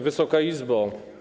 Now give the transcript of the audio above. Wysoka Izbo!